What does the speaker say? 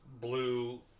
blue